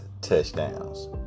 touchdowns